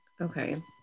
Okay